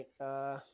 right